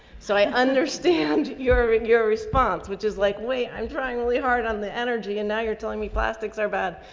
so i understand your, your response, which is like, wait, i'm trying really hard on the energy and now you're telling me plastics are bad.